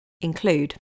include